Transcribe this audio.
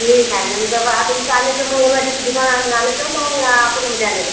ठीक आहे नंतर आता इथं आले तर मग एम आय डी सी दुकान आण आणायचंय का मग अकोल्यामध्ये आण्याच